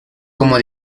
como